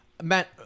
Matt